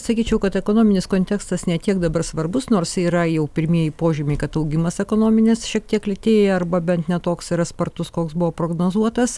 sakyčiau kad ekonominis kontekstas ne tiek dabar svarbus nors yra jau pirmieji požymiai kad augimas ekonominis šiek tiek lėtėja arba bent ne toks yra spartus koks buvo prognozuotas